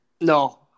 No